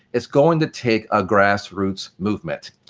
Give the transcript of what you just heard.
it's going to take a grass-roots movement.